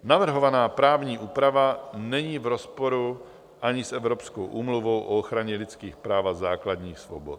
Navrhovaná právní úprava není v rozporu ani s Evropskou úmluvou o ochraně lidských práv a základních svobod.